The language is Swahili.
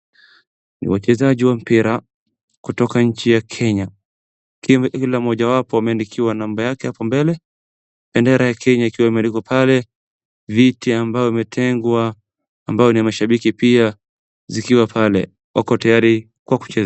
Ni wachezaji wa mpira, kutoka nchi ya Kenya. Kila mmoja wapo ameandikiwa namba yake hapo mbele, bendera ya Kenya ikiwa imeandikwa pale, viti ambao imetengwa ambayo ni ya mashabiki pia zikiwa pale. Wako tayari kwa kucheza.